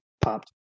popped